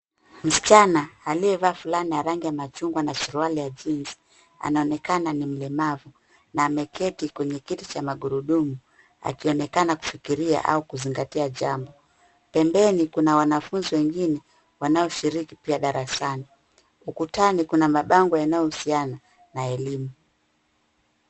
Msichana aliyevaa fulana ya rangi ya machungwa na suruali ya jeans anaonekana ni mlemavu na ameketi kwenye kiti cha magurudumu akionekana kufikiria au kuzingatia jambo. Pembeni kuna wanafunzi wengine wanaoshiriki pia darasani. Ukutani kuna mabango yanayohusiana na elimu.